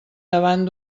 davant